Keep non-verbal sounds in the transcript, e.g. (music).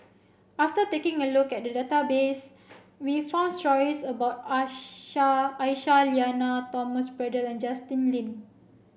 after taking a look at the database we found stories about (unintelligible) Aisyah Lyana Thomas Braddell Justin Lean